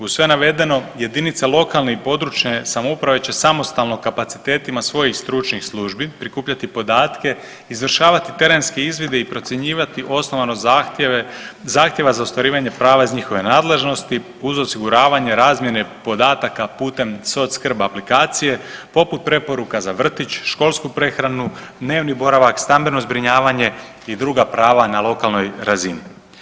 Uz sve navedeno jedinica lokalne i područne samouprave će samostalno kapacitetima svojih stručnih službi prikupljati podatke, izvršavati terenske izvide i procjenjivati osnovanost zahtjeva za ostvarivanje prava iz njihove nadležnosti uz osiguravanje razmjene podataka putem SocSkrb aplikacije poput preporuka za vrtić, školsku prehranu, dnevni boravak, stambeno zbrinjavanje i druga prava na lokalnoj razini.